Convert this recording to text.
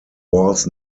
was